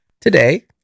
today